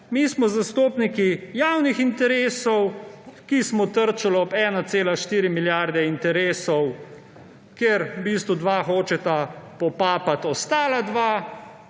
Mi smo zastopniki javnih interesov, ki smo trčili ob 1,4 milijarde interesov, kjer v bistvu dva hočeta popapati ostala dva